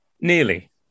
nearly